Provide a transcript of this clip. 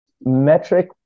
Metric